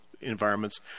environments